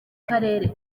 karere